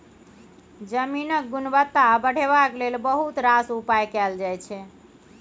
जमीनक गुणवत्ता बढ़ेबाक लेल बहुत रास उपाय कएल जाइ छै